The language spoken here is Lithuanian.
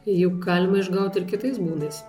juk galima išgaut ir kitais būdais